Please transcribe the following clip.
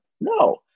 No